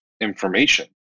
information